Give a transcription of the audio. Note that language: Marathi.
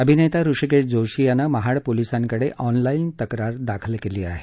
अभिनेता हृषिकेश जोशी यानं महाड पोलिसांकडे ऑनलाईन तक्रार दाखल केली आहे